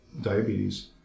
diabetes